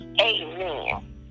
Amen